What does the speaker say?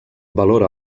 valora